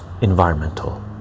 environmental